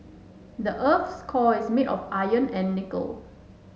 the earth's core is made of iron and nickel